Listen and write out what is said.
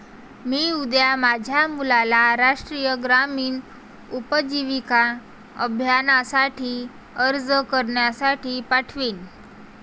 मी उद्या माझ्या मुलाला राष्ट्रीय ग्रामीण उपजीविका अभियानासाठी अर्ज करण्यासाठी पाठवीन